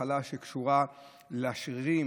מחלה שקשורה לשרירים,